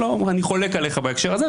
אני חולק עליך בהקשר הזה,